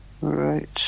Right